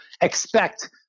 expect